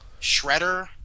Shredder